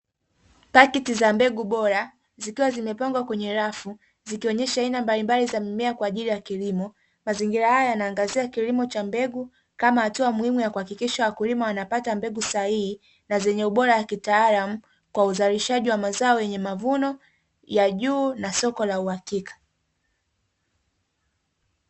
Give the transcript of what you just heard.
Paketi za mbegu bora, zikiwa zimepangwa kwenye rafu, zikionyesha aina mbalimbali za mimea kwa ajili ya kilimo. Mazingira haya yanaangazia kilimo cha mbegu kama hatua ya kuhakikisha wakulima wanapata mbegu sahihi na zenye ubora wa kiutaalamu kwa uzalishaji wa mazao yenye mavuno ya juu na soko la uhakika.